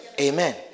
Amen